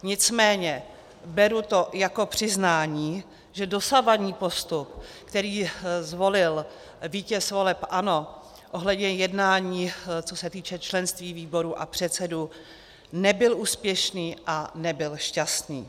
Nicméně beru to jako přiznání, že dosavadní postup, který zvolil vítěz voleb ANO ohledně jednání, co se týče členství ve výborech a předsedů, nebyl úspěšný a nebyl šťastný.